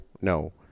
no